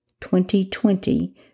2020